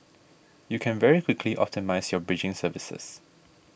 you can very quickly optimise your bridging services